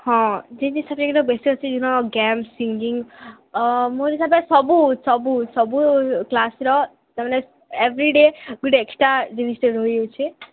ହଁ ଯେନ୍ ଜିନିଷଟା କିନ୍ତୁ ବେଶୀ ଅଛେ ଯେନ୍ତା ଗେମ୍ ସିଙ୍ଗିଂ ମୋର୍ ହିସାବରେ ସବୁ ସବୁ ସବୁ କ୍ଲାସ୍ର ତାମାନେ ଏଭ୍ରିଡ଼େ ଗୋଟେ ଏକ୍ସଟ୍ରା ଜିନିଷଟେ ରହିଯାଉଛେ